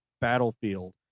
battlefield